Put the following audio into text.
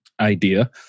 idea